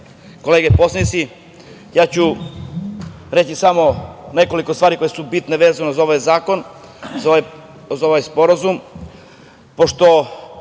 kolege poslanici, ja ću reći samo nekoliko stvari koje su bitne vezano za ovaj zakon, za ovaj sporazum. Ja